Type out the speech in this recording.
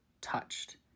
touched